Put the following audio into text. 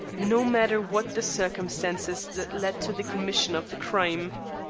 no matter what the circumstances that led to the commission of the crime.